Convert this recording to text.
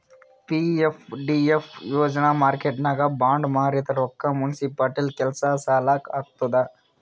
PFDF ಯೋಜನಾ ಮಾರ್ಕೆಟ್ನಾಗ್ bond ಮಾರಿದ್ ರೊಕ್ಕಾ ಮುನ್ಸಿಪಾಲಿಟಿ ಕೆಲ್ಸಾ ಸಲಾಕ್ ಹಾಕ್ತುದ್